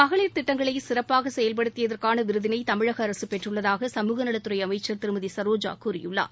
மகளிர் திட்டங்களை சிறப்பாக செயல்படுத்தியதற்கான விருதினை தமிழக அரசு பெற்றுள்ளதாக சமூக நலத் துறை அமைச்சர் திருமதி சரோஜா கூறியுள்ளார்